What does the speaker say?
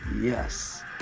yes